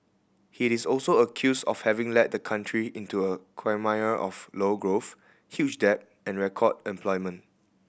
he is also accused of having led the country into a quagmire of low growth huge debt and record unemployment